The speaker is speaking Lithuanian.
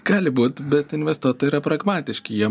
gali būt bet investuotojai yra pragmatiški jie